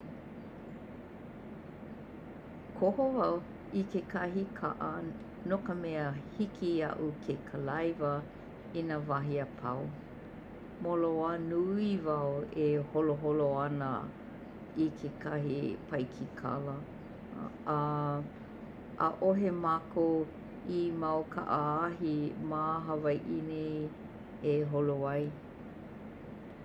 Koho wau i kekahi kaʻa no ka mea hiki iaʻu ke kalaiwa i nā wahi apau. Moloā nui wau e holoholo ana i kekahi paikikala a ʻaʻohe mākou i mau kaʻaahi ma Hawaiʻi nei e holo ai.